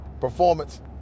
performance